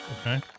Okay